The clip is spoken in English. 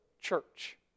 church